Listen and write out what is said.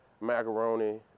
macaroni